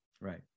right